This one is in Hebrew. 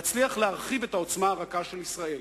נצליח להרחיב את העוצמה הרכה של ישראל,